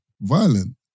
violent